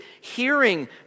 hearing